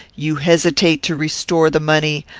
you hesitate to restore the money,